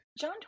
John